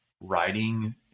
writing